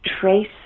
trace